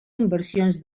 inversions